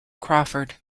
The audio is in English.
crawford